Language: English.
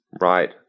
Right